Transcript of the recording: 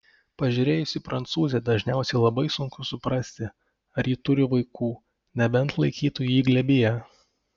pažiūrėjus į prancūzę dažniausiai labai sunku suprasti ar ji turi vaikų nebent laikytų jį glėbyje